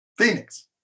Phoenix